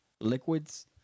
Liquids